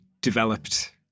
developed